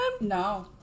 No